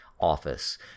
office